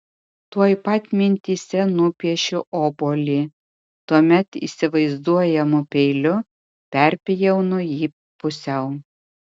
tuoj pat mintyse nupiešiu obuolį tuomet įsivaizduojamu peiliu perpjaunu jį pusiau